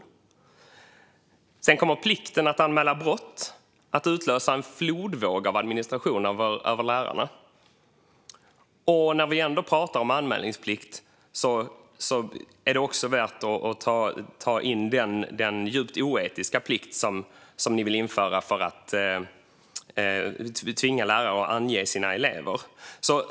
Vidare kommer plikten att anmäla brott att utlösa en flodvåg av administration över lärarna, och när vi ändå pratar om anmälningsplikt är det värt att nämna den djupt oetiska plikt som ni vill införa för att tvinga lärare att ange sina elever.